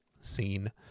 scene